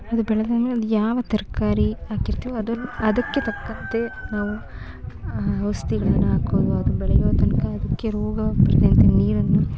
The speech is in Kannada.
ಅದು ಬೆಳೆದಾದ್ಮೇಲೆ ಅದ್ಯಾವ ತರಕಾರಿ ಹಾಕಿರ್ತೀವೊ ಅದನ್ನ ಅದಕ್ಕೆ ತಕ್ಕಂತೆ ನಾವು ಔಷ್ಧಿಗಳನ್ನ ಹಾಕೋದು ಅದು ಬೆಳೆಯೋ ತನಕ ಅದಕ್ಕೆ ರೋಗ ಬರದಂತೆ ನೀರನ್ನು